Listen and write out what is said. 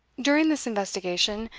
during this investigation,